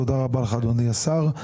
תודה רבה אדוני השר.